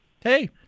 hey